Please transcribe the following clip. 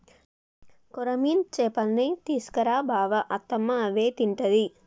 కొర్రమీను చేపల్నే తీసుకు రా బావ అత్తమ్మ అవే తింటది